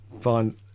find